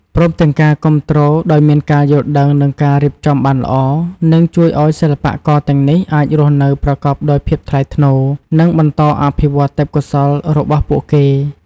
ព្រមទាំងការគាំទ្រដោយមានការយល់ដឹង និងការរៀបចំបានល្អ នឹងជួយឱ្យសិល្បករទាំងនេះអាចរស់នៅប្រកបដោយភាពថ្លៃថ្នូរ និងបន្តអភិវឌ្ឍទេពកោសល្យរបស់ពួកគេ។